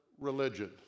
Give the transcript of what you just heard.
religion